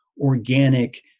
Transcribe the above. organic